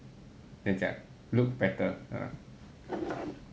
这么样讲 look better